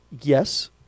Yes